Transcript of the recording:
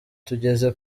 tugeze